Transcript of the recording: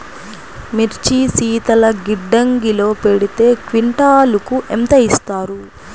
మిర్చి శీతల గిడ్డంగిలో పెడితే క్వింటాలుకు ఎంత ఇస్తారు?